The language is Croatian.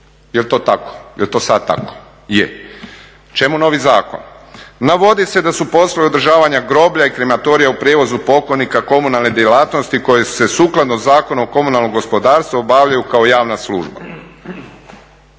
Je li to tako, je li to sada tako? Je. Čemu novi zakon? Navodi se da su poslovi održavanja groblja i krematorija u prijevozu pokojnika komunalne djelatnosti koje se sukladno Zakonu o komunalnom gospodarstvu obavljaju kao javna služba.